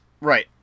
Right